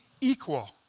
equal